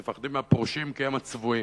תפחדי מהפרושים, כי הם הצבועים.